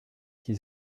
qui